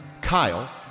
Kyle